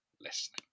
Listening